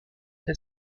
elle